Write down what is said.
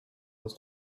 was